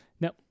No